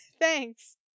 Thanks